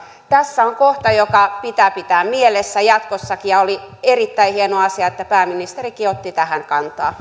tässä on kohta joka pitää pitää mielessä jatkossakin ja oli erittäin hieno asia että pääministerikin otti tähän kantaa